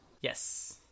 Yes